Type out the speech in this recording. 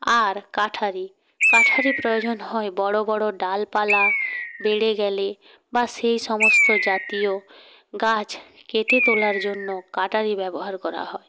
আর কাঠারি কাঠারি প্রয়োজন হয় বড়ো বড়ো ডালপালা বেড়ে গেলে বা সেই সমস্ত জাতীয় গাছ কেটে তোলার জন্য কাটারি ব্যবহার করা হয়